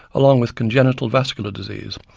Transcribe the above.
along with congenital vascular disease,